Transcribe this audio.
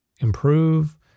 improve